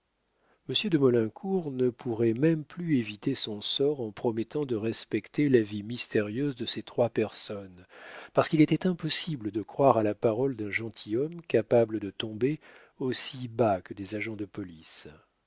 monsieur de maulincour ne pourrait même plus éviter son sort en promettant de respecter la vie mystérieuse de ces trois personnes parce qu'il était impossible de croire à la parole d'un gentilhomme capable de tomber aussi bas que des agents de police